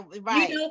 right